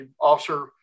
officer